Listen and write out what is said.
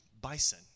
bison